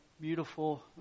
beautiful